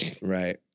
Right